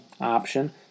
option